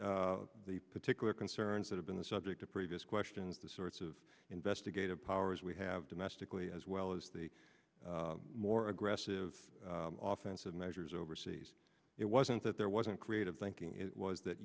the particular concerns that have been the subject of previous questions the sorts of investigative powers we have domestically as well as the more aggressive often said measures overseas it wasn't that there wasn't creative thinking it was that